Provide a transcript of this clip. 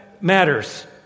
matters